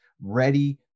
ready